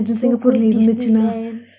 so go Disneyland